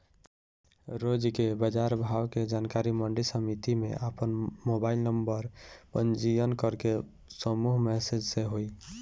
रोज के बाजार भाव के जानकारी मंडी समिति में आपन मोबाइल नंबर पंजीयन करके समूह मैसेज से होई?